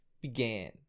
began